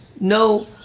no